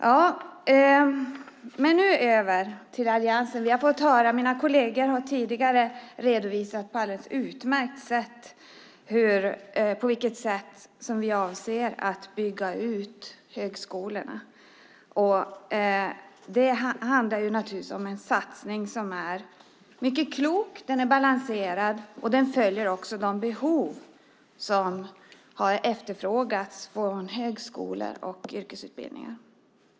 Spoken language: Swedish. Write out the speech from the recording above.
Så över till alliansen. Mina kolleger har tidigare på ett alldeles utmärkt sätt redovisat hur vi avser att bygga ut högskolorna. Det handlar naturligtvis om en satsning som är mycket klok och balanserad. Den följer också de behov som har efterfrågats från högskolor och yrkesutbildningar.